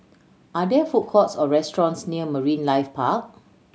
are there food courts or restaurants near Marine Life Park